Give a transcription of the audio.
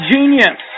Genius